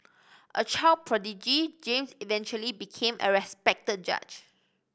a child prodigy James eventually became a respected judge